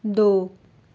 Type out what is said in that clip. ਦੋ